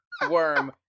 worm